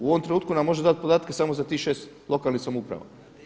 U ovom trenutku nam može dati podatke za samo tih 6 lokalnih samouprava.